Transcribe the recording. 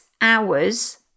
hours